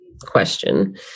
question